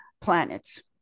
planets